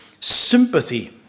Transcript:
sympathy